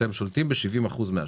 אתם שולטים ב-70% מהשוק.